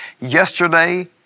yesterday